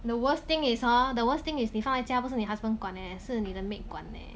the worst thing is hor the worst thing is 你放在家不是你的 husband 管 eh 是你的 maid 管 eh